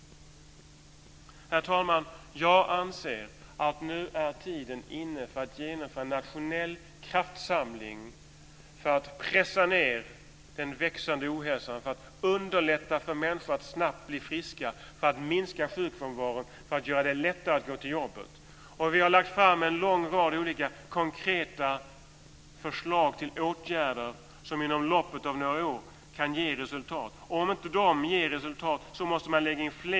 Herr talman! Jag anser att tiden nu är inne för att genomföra en nationell kraftsamling för att pressa ned den växande ohälsan, för att underlätta för människor att snabbt bli friska, för att minska sjukfrånvaron, för att göra det lättare att gå till jobbet.